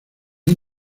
hay